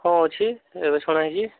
ହଁ ଅଛି ଏବେ ଛଣା ହୋଇଛି